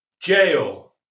jail